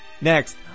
Next